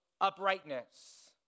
uprightness